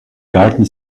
garden